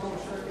שתי